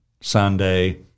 Sunday